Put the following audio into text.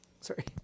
Sorry